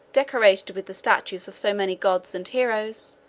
decorated with the statues of so many gods and heroes,